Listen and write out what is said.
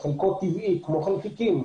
וחלקן טבעי, כמו חלקיקים.